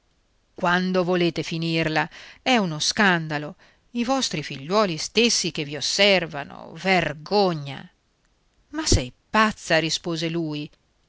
quando volete finirla è uno scandalo i vostri figliuoli stessi che vi osservano vergogna ma sei pazza rispose lui